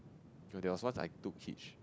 you know there was once I took hitch